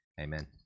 Amen